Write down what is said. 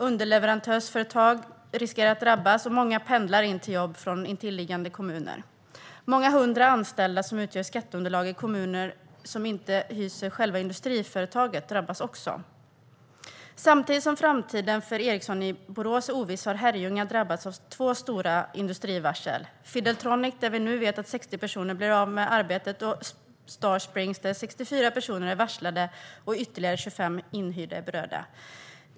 Underleverantörsföretag riskerar att drabbas, och många pendlar in till jobb från intilliggande kommuner. Många hundra anställda som utgör skatteunderlag i kommuner som inte hyser själva industriföretaget drabbas också. Samtidigt som framtiden för Ericsson i Borås är oviss har Herrljunga drabbats av två stora industrivarsel. På Fideltronik vet vi att 60 personer blir av med arbetet, och på Starsprings är 64 personer varslade och ytterligare 25 inhyrda berörda.